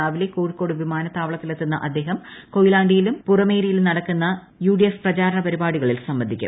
രാവിലെ കോഴിക്കോട് വിമാനത്താവളത്തിലെത്തുന്ന അദ്ദേഹം കൊയിലാണ്ടിയിലും പുറമേരിയിലും നടക്കുന്ന യുഡിഎഫ് പ്രചാരണ പരിപാടികളിൽ സംബന്ധിക്കും